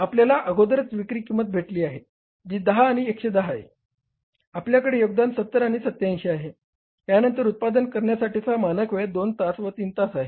आपल्याला अगोदरच विक्री किंमत भेटली आहे जी 10 आणि 110 आहे आपल्याकडे योगदान 70 आणि 87 आहे यांनतर उत्पादन करण्यासाठीचा मानक वेळ 2 तास व 3 तास आहे